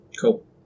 Cool